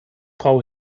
frau